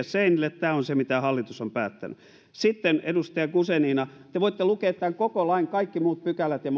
seinille tämä on se mitä hallitus on päättänyt sitten edustaja guzenina te voitte lukea tämän koko lain kaikki muut pykälät ja